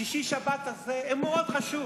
השישי-שבת הזה הוא מאוד חשוב.